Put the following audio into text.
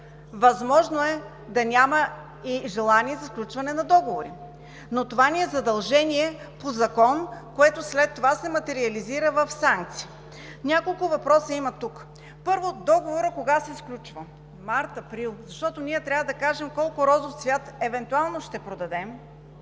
възможно да няма и желание за сключване на договори. Но това ни е задължение по закон, което след това се материализира в санкции. Тук има няколко въпроса. Първо, кога се сключва договорът? Март – април! Защото ние трябва да кажем колко розов цвят евентуално ще продадем